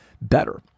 better